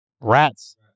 Rats